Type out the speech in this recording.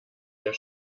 der